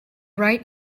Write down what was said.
right